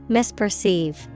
Misperceive